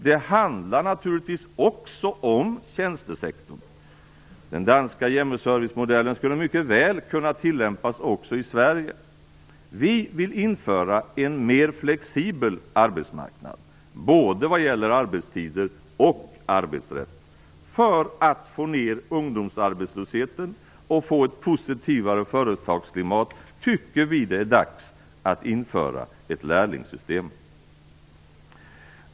Det handlar naturligtvis också om tjänstesektorn. Den danska hjemmeservice-modellen skulle mycket väl kunna tillämpas också i Sverige. Vi vill införa en mer flexibel arbetsmarknad, både vad gäller arbetstider och arbetsrätt. Vi tycker att det är dags att införa ett lärlingssystem för att få ned ungdomsarbetslösheten och få ett positivare företagsklimat.